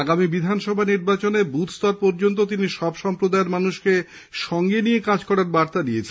আগামী বিধানসভা নির্বানে বুথস্তর পর্যন্ত তিনি সব সম্প্রদায়ের মানুষকে সঙ্গে নিয়ে কাজ করার বার্তায় দিয়েছেন